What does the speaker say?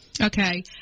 Okay